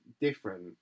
Different